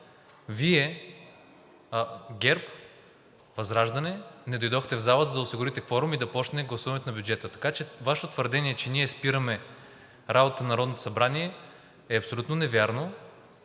Вие, ГЕРБ, ВЪЗРАЖДАНЕ не дойдохте в залата, за да осигурите кворум и да почне гласуването на бюджета. Така че Вашето твърдение, че ние спираме работата на Народното събрание, е абсолютно невярно.